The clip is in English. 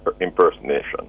impersonation